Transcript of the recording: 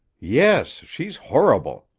yes. she's horrible.